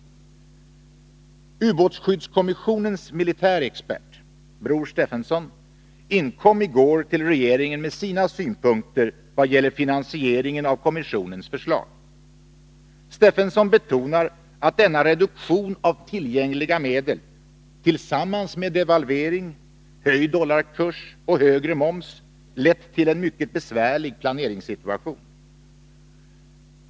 Ubåtsskyddskommissionens militäre expert, Bror Stefenson, inkom i går till regeringen med sina synpunkter vad gåller finansieringen av kommissionens förslag. Stefenson betonar att denna reduktion av tillgängliga medel — tillsammans med devalvering, höjd dollarkurs och högre moms - lett till en mycket besvärlig planeringssituation.